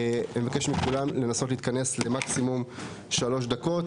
אני אבקש מכולם לנסות להתכנס למקסימום שלוש דקות.